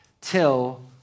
till